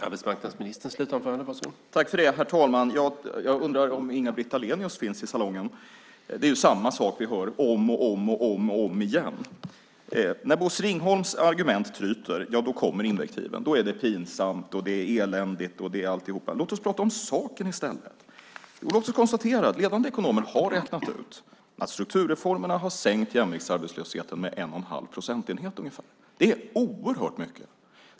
Herr talman! Jag undrar om Inga-Britt Ahlenius finns i salongen. Det är samma sak vi hör om och om och om igen. När Bosse Ringholms argument tryter kommer invektiven. Då är det pinsamt, eländigt och alltihop. Låt oss prata om saken i stället! Låt oss konstatera att ledande ekonomer har räknat ut att strukturreformerna har minskat jämviktsarbetslösheten med ungefär en och en halv procentenhet. Det är oerhört mycket.